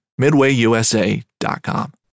MidwayUSA.com